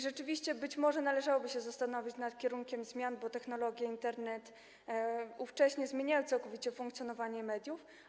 Rzeczywiście być może należałoby się zastanowić nad kierunkiem zmian, bo technologie i Internet zmieniają całkowicie funkcjonowanie mediów.